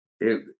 it